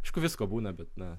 aišku visko būna bet na